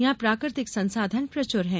यहाँ प्राकृतिक संसाधन प्रचुर हैं